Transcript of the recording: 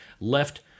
left